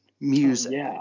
music